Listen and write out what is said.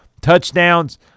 touchdowns